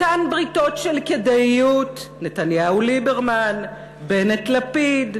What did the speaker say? אותן בריתות של כדאיות: נתניהו-ליברמן, בנט-לפיד,